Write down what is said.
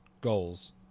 goals